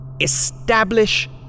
Establish